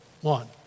one